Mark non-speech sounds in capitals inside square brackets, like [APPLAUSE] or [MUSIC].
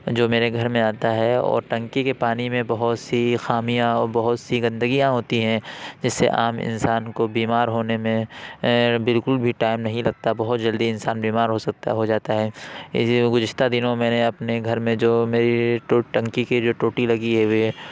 جو میرے گھر میں آتا ہے اور ٹنکی کے پانی میں بہت سی خامیاں اور بہت سی گندگیاں ہوتی ہیں جیسے عام انسان کو بیمار ہونے میں بالکل بھی ٹائم نہیں لگتا بہت جلدی انسان بیمار ہو سکتا ہو جاتا ہے [UNINTELLIGIBLE] گزشتہ دنوں میں نے اپنے گھر میں جو میری ٹنکی کی جو ٹوٹی لگی ہوئی ہے